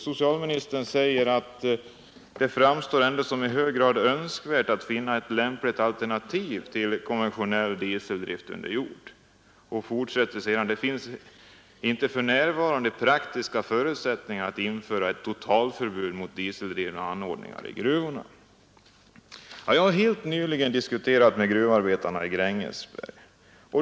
Socialministern säger i svaret: ”Det framstår ändå som i hög grad önskvärt att finna ett lämpligt alternativ till konventionell dieseldrift under jord.” Han fortsätter sedan: ”Det finns emellertid inte för närvarande praktiska förutsättningar att införa ett totalförbud mot dieseldrivna anordningar i gruvorna.” Jag har helt nyligen diskuterat med gruvarbetarna i Grängesberg.